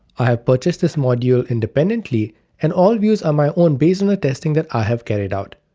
i have purchased this module independently and all views are my own based on the testing that i have carried out.